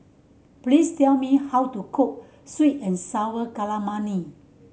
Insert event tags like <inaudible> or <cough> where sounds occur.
please tell me how to cook sweet and sour <unintelligible>